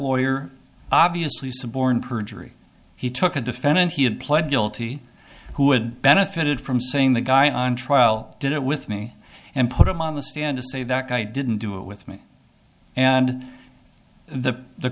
lawyer obviously suborn perjury he took a defendant he had pled guilty who had benefited from saying the guy on trial did it with me and put him on the stand to say that i didn't do it with me and the the